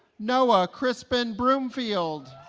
noah crispin broomfield